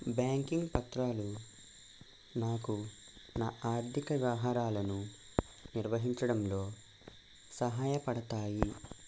banking పత్రాలు నాకు నా ఆర్ధిక వ్యవహారాలను నిర్వహించడంలో సహాయపడతాయి